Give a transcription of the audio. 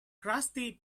crusty